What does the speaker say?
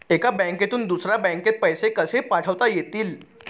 एका बँकेतून दुसऱ्या बँकेत पैसे कसे पाठवता येतील?